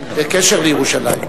בקשר לירושלים.